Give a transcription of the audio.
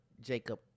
Jacob